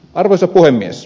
arvoisa puhemies